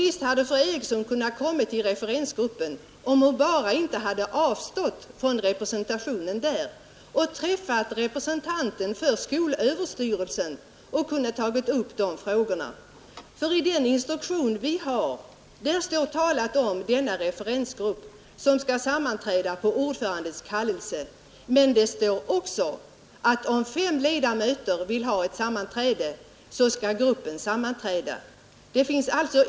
Visst hade fru Eriksson kunnat komma till referensgruppen, om hon bara inte hade avstått från representationen där, och träffat representanten för skolöverstyrelsen och tagit upp aktuella frågor med henne. I den instruktion vi har står att referensgruppen skall sammanträda på ordförandens kallelse. Men det står också att om fem ledamöter begär ett sammanträde då skall gruppen sammanträda.